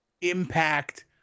impact